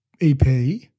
EP